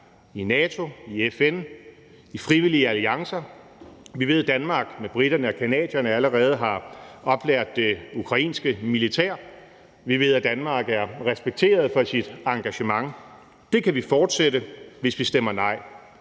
i NATO, i FN, i frivillige alliancer. Vi ved, at Danmark med briterne og canadierne allerede har oplært det ukrainske militær, vi ved, at Danmark er respekteret for sit engagement, og det kan vi fortsætte, hvis vi stemmer nej.